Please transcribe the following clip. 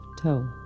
toe